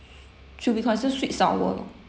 should be considered sweet sour loh